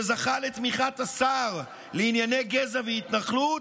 שזכה לתמיכת השר לענייני גזע והתנחלות,